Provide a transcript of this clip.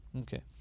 Okay